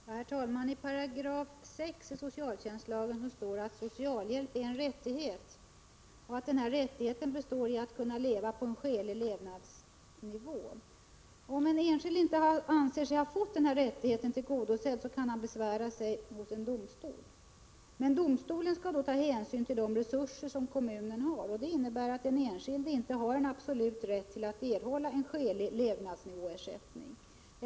Herr talman! I 6 § socialtjänstlagen står det att socialhjälp är en rättighet och att denna rättighet består i att man skall kunna leva på en skälig levnadsnivå. Om en enskild person inte anser sig ha denna rättighet, kan vederbörande besvära sig hos en domstol. Men domstolen skall då ta hänsyn till de resurser som kommunen har. Det innebär att den enskilde inte har absolut rätt att erhålla skälig ersättning.